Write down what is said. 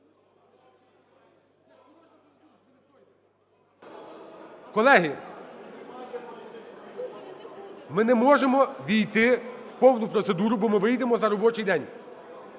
Колеги, ми не можемо ввійти в повну процедуру, бо ми вийдемо за робочий день,